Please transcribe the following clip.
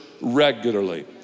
regularly